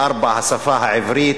ארבעה בשפה העברית,